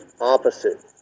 opposite